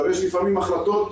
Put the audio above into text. יש לפעמים החלטות